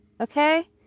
Okay